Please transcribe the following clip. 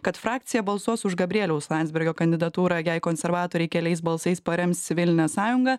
kad frakcija balsuos už gabrieliaus landsbergio kandidatūrą jei konservatoriai keliais balsais parems civilinę sąjungą